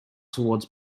towards